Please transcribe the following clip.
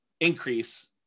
increase